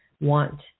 want